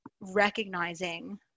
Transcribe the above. recognizing